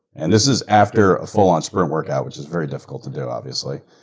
and this is after a full-on sprint workout which is very difficult to do, obviously.